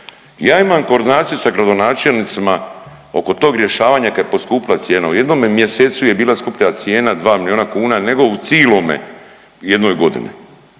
Ja imam koordinaciju sa gradonačelnicima oko tog rješavanja kad je poskupila cijena. U jednome mjesecu je bila skuplja cijena dva milijuna kuna nego u cilome jednoj godini